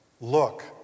Look